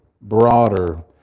broader